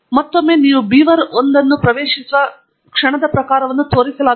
ಮತ್ತೊಮ್ಮೆ ನೀವು ಬೀವರ್ 1 ಅನ್ನು ಪ್ರವೇಶಿಸುವ ಕ್ಷಣದ ಪ್ರಕಾರವನ್ನು ತೋರಿಸಲಾಗುತ್ತದೆ